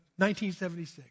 1976